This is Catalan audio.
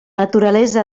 naturalesa